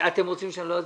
אתם רוצים שאני לא אצביע?